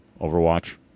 Overwatch